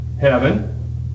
heaven